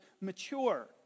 mature